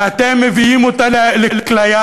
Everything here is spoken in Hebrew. ואתם מביאים אותה לכליה